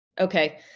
Okay